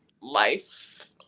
life